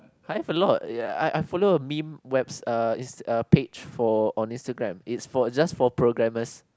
I have a lot ya I I follow a meme web err page for on Instagram it's for just for programmers